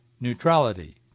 neutrality